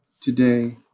today